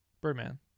birdman